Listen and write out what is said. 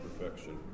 perfection